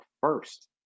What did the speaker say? first